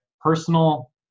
Personal